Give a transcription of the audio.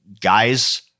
guys